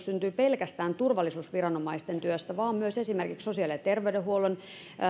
syntyy pelkästään turvallisuusviranomaisten työstä vaan myös esimerkiksi sosiaali ja terveydenhuollon